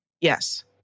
Yes